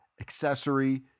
accessory